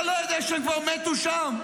אתה לא יודע שהם כבר מתו שם?